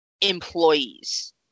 employees